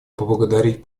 поблагодарить